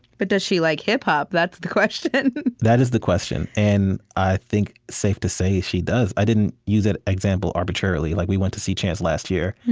but does she like hip-hop? that's the question that is the question. and i think it's safe to say, she does. i didn't use that example arbitrarily. like we went to see chance last year,